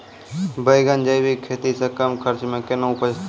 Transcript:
बैंगन जैविक खेती से कम खर्च मे कैना उपजते?